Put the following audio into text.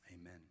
amen